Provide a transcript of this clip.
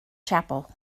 chapel